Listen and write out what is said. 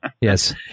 yes